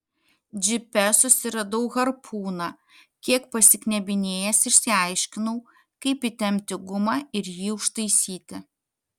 džipe susiradau harpūną kiek pasiknebinėjęs išsiaiškinau kaip įtempti gumą ir jį užtaisyti